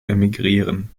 emigrieren